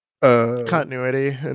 continuity